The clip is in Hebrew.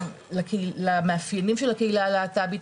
למאפיינים של הקהילה הלהט"בית.